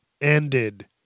ended